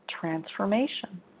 transformation